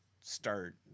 start